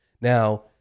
now